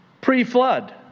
pre-flood